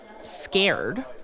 scared